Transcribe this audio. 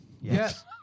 Yes